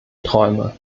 träume